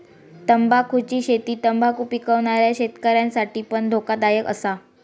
तंबाखुची शेती तंबाखु पिकवणाऱ्या शेतकऱ्यांसाठी पण धोकादायक असा